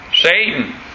Satan